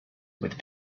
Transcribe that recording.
with